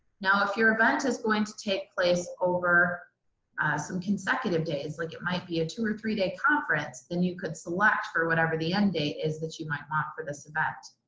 now if your event is going to take place over a some consecutive days, like it might be a two or three day conference, then you could select for whatever the end date is that you might want for this event.